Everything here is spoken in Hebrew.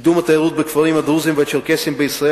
קידום התיירות בכפרים הדרוזיים והצ'רקסיים בישראל